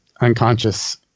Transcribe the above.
unconscious